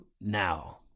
now